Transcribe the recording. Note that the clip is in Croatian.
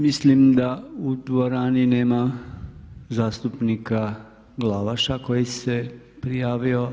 Mislim da u dvorani nema zastupnika Glavaša koji se prijavio.